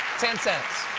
ten cents.